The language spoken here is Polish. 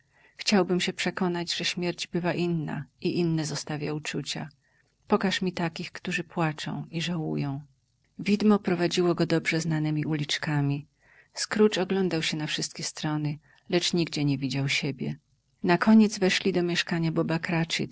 chciałbym się przekonać że śmierć bywa inna i inne zostawia uczucia pokaż mi takich którzy płaczą i żałują widmo prowadziło go dobrze znanemi uliczkami scrooge oglądał się na wszystkie strony lecz nigdzie nie widział siebie nakoniec weszli do mieszkania boba